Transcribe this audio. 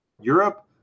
Europe